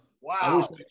Wow